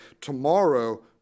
Tomorrow